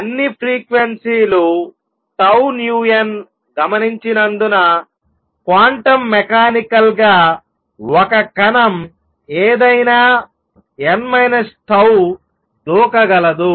అన్ని ఫ్రీక్వెన్సీ లు 𝜏 n గమనించినందున క్వాంటం మెకానికల్ గా ఒక కణం ఏదైనా n 𝜏 దూకగలదు